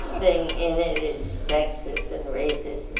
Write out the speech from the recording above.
thing in it. it's sexist and racist.